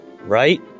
Right